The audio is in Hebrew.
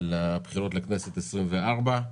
לבחירות לכנסת ה-24.